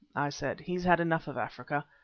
i said, he's had enough of africa,